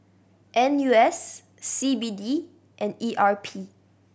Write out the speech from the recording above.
N U S C B D and E R P